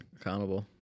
accountable